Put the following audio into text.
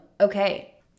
okay